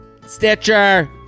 Stitcher